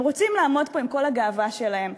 הם רוצים לעמוד פה עם כל הגאווה שלהם.